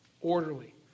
orderly